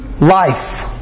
life